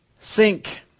sink